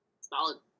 Solid